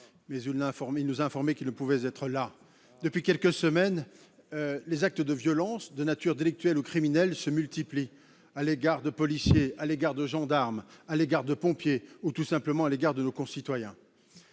a toutefois informés qu'il ne pourrait être présent. Depuis quelques semaines, les actes de violence, de nature délictuelle ou criminelle, se multiplient à l'égard de policiers, de gendarmes, de pompiers ou, tout simplement, à l'égard de nos concitoyens.